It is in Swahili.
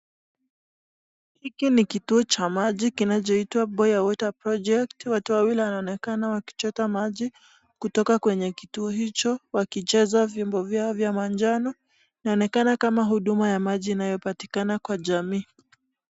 Hiki ni kituo cha maji kinacho itwa [Boya water project. Watu wawili wanaonekana wakichota maji kutoka kwenye kituo hicho wakicheza vyombo vyao vya manjano. Inaonekana kama huduma ya maji inayopatikana kwa jamii.